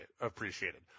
appreciated